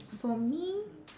for me